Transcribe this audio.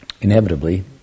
inevitably